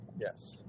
Yes